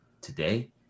today